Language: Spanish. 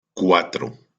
cuatro